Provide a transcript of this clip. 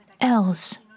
else